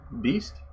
Beast